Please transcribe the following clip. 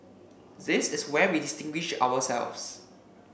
this is where we distinguish ourselves